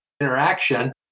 interaction